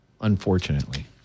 unfortunately